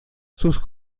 sus